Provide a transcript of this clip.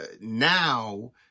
now